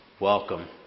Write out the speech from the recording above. welcome